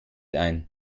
ein